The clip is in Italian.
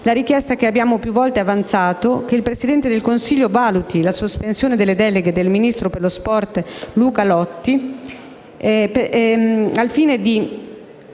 la richiesta più volte avanzata che il Presidente del Consiglio valuti la sospensione delle deleghe del ministro per lo sport Luca Lotti, fino al